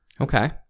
Okay